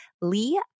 Lee